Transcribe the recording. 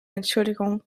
entschuldigung